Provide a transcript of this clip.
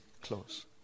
close